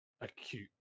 acute